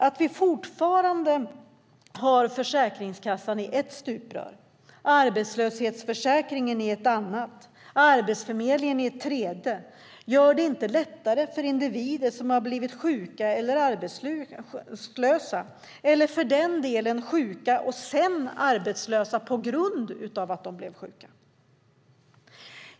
Att vi fortfarande har Försäkringskassan i ett stuprör, arbetslöshetsförsäkringen i ett annat och Arbetsförmedlingen i ett tredje gör det inte lättare för individer som har blivit sjuka eller arbetslösa eller för den delen sjuka och sedan arbetslösa på grund av att de blev sjuka.